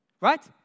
right